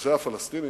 בנושא הפלסטיני